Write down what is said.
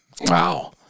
Wow